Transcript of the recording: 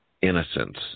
innocence